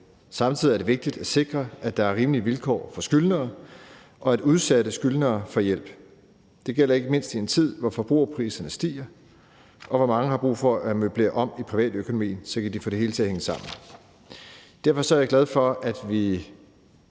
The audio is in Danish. Samtidig er det vigtigt at sikre, at der er rimelige vilkår for skyldnere, og at udsatte skyldnere får hjælp. Det gælder ikke mindst i en tid, hvor forbrugerpriserne stiger, og hvor mange har brug for at møblere om i privatøkonomien, så de kan få det hele til at hænge sammen. Derfor er jeg glad for, at vi